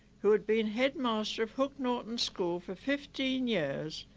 who had been headmaster of hook norton school for fifteen years.